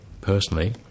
personally